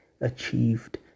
achieved